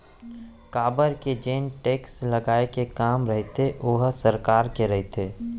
काबर के जेन टेक्स लगाए के काम रहिथे ओहा सरकार के रहिथे